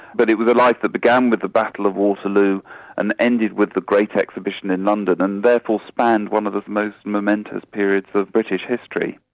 but it was a life that began with the battle of waterloo and ended with the great exhibition in london and therefore spanned one of the most momentous periods of british history.